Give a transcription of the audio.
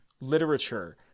literature